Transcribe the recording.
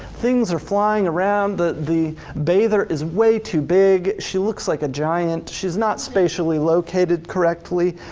things are flying around, the the bather is way too big, she looks like a giant, she's not spatially located correctly.